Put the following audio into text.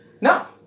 No